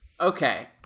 Okay